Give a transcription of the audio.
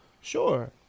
Sure